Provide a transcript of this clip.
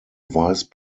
vice